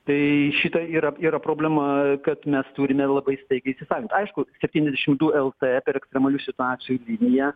tai šita yra yra problema kad mes turime labai staigiai įsisavint aišku septyniasdešim du lt per ekstremalių situacijų liniją